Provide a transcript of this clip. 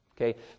Okay